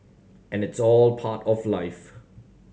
and it's all part of life